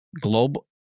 Global